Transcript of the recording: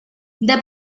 there